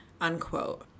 unquote